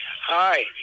Hi